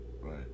Right